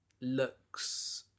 looks